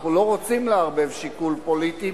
אנחנו לא רוצים לערבב שיקול פוליטי,